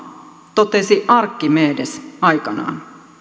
totesi arkhimedes aikanaan